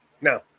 Now